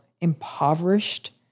impoverished